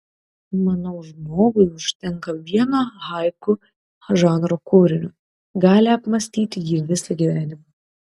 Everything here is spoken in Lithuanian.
manau žmogui užtenka vieno haiku žanro kūrinio gali apmąstyti jį visą gyvenimą